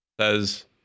says